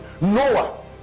Noah